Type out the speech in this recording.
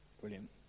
Brilliant